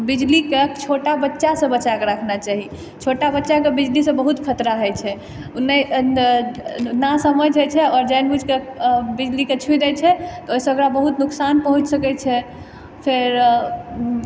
बिजलीके छोटा बच्चासँ बचायके रखना चाही छोटा बच्चाके बिजलीसँ बहुत खतरा होइत छै ओ न नासमझ होइत छै आओर जानि बुझिक बिजलीके छू दैत छै ओहिसँ ओकरा बहुत नुकसान पहुँच सकैत छै फेर